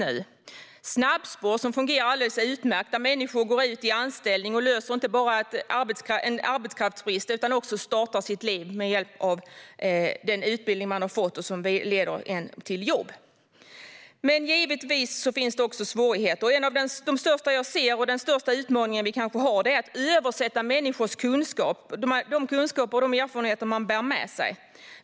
Det talas om snabbspår som fungerar alldeles utmärkt, där människor går till anställning och inte bara löser en arbetskraftsbrist utan också startar sitt liv med hjälp av den utbildning de fått, som leder till jobb. Men givetvis finns det också svårigheter. En av de största svårigheterna jag ser - och kanske den största utmaning vi har - är att översätta de kunskaper och erfarenheter som människor bär med sig.